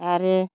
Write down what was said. आरो